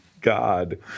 God